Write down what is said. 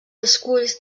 esculls